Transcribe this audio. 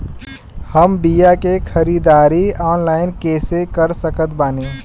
हम बीया के ख़रीदारी ऑनलाइन कैसे कर सकत बानी?